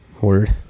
Word